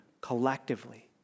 collectively